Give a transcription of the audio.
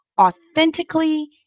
authentically